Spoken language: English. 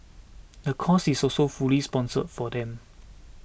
the course is also fully sponsored for them